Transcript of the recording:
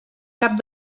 cap